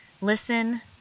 listen